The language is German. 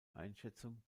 einschätzung